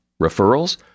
Referrals